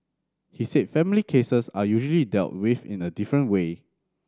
he said family cases are usually dealt with in a different way